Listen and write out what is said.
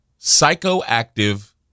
psychoactive